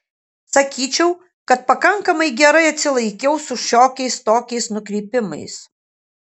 sakyčiau kad pakankamai gerai atsilaikiau su šiokiais tokiais nukrypimais